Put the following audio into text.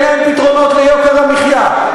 אין להם פתרונות ליוקר המחיה,